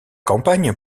campagne